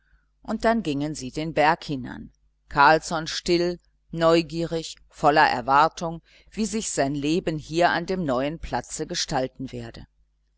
und dann gingen sie den berg hinan carlsson still neugierig voller erwartung wie sich sein leben hier an dem neuen platze gestalten werde